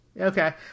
Okay